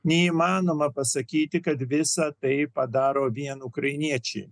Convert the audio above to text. neįmanoma pasakyti kad visa tai padaro vien ukrainiečiai